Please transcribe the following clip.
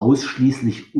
ausschließlich